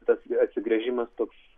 tas atsigręžimas toks